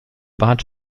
bad